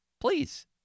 Please